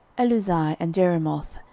eluzai, and jerimoth,